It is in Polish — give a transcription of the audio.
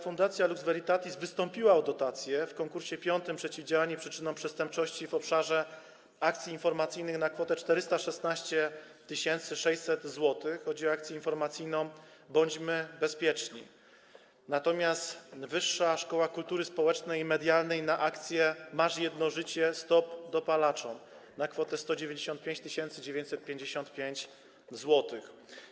Fundacja Lux Veritatis wystąpiła o dotację w V konkursie „Przeciwdziałanie przyczynom przestępczości” w obszarze akcji informacyjnej na kwotę 416 600 zł, chodzi o akcję informacyjną „Bądźmy bezpieczni”, natomiast Wyższa Szkoła Kultury Społecznej i Medialnej - na akcję „Masz jedno życie, stop dopalaczom” na kwotę 195 955 zł.